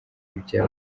ibya